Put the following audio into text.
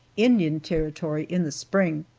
indian territory, in the spring.